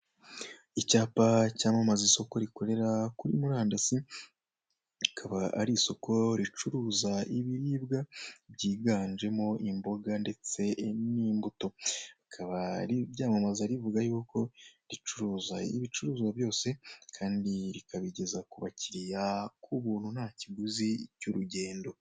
Icyapa cyamamaza isoko rikorera kuri murandasi rikaba ari isoko ricuruza ibiribwa byiganjemo imboga ndetse n'imbuto, rikaba ryamammaza rivuga yuko ricuruza ibicuruzwa byose kandi rikabigeza ku abakiriya k'ubuntu ntakiguzi cy'urugendo.